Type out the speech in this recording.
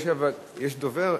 יש דובר?